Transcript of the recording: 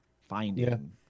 finding